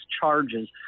charges